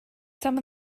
some